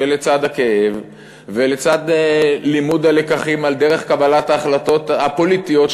שלצד הכאב ולצד לימוד הלקחים על דרך קבלת ההחלטות הפוליטיות,